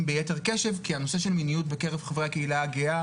ביתר קשב כי המיניות בקרב חברי הקהילה הגאה